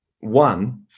one